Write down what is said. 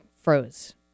froze